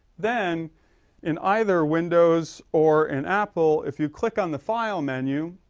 then in either windows or an apple if you click on the file menu